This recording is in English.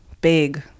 big